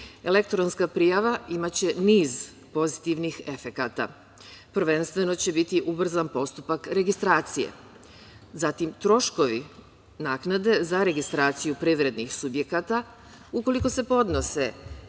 uočeni. Elektronska prijava imaće niz pozitivnih efekata. Prvenstveno će biti ubrzan postupak registracije. Zatim, troškovi naknade za registraciju privrednih subjekata ukoliko se podnose